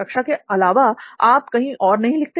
कक्षा के अलावा आप कहीं और नहीं लिखते